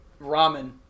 Ramen